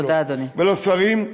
ולשרים,